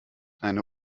eine